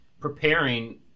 preparing